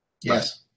yes